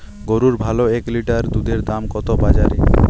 গরুর ভালো এক লিটার দুধের দাম কত বাজারে?